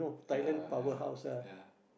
ya ya ya